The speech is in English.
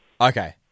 Okay